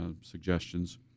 suggestions